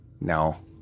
No